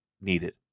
needed